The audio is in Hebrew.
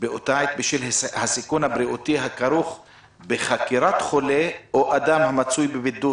"בשל הסיכון הבריאותי הכרוך בחקירת חולה או אדם המצוי בבידוד".